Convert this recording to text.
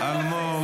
תודה רבה.